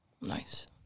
Nice